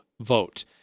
vote